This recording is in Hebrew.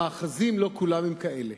המאחזים, לא כולם הם כאלה.